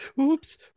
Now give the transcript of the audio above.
Oops